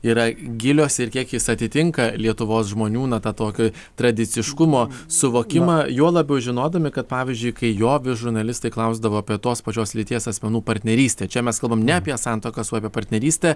yra gilios ir kiek jis atitinka lietuvos žmonių na tą tokį tradiciškumo suvokimą juo labiau žinodami kad pavyzdžiui kai jo vis žurnalistai klausdavo apie tos pačios lyties asmenų partnerystę čia mes kalbam ne apie santuokas o apie partnerystę